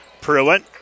Pruitt